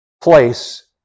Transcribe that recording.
place